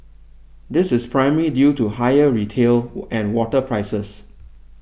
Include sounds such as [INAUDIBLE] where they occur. this is primarily due to higher retail [UNINTELLIGIBLE] and water prices